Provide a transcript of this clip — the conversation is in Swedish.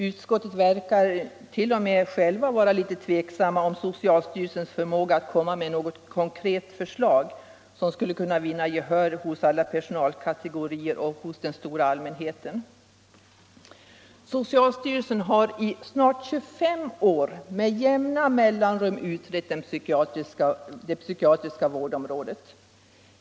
Utskottet verkar t.o.m. självt litet tveksamt om socialstyrelsens förmåga att komma med något konkret förslag, som skulle vinna gehör hos alla personalkategorier och hos den stora allmänheten. Socialstyrelsen har i snart 25 år med jämna mellanrum utrett det psykiatriska vårdområdet.